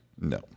No